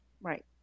Right